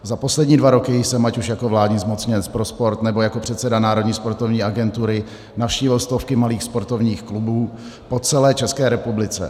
Za poslední dva roky jsem ať už jako vládní zmocněnec pro sport, nebo jako předseda Národní sportovní agentury navštívil stovky malých sportovních klubů po celé České republice.